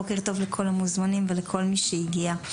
בוקר טוב לכל המוזמנים ולכל מי שהגיע.